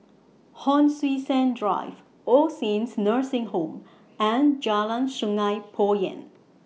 Hon Sui Sen Drive All Saints Nursing Home and Jalan Sungei Poyan